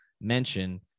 mention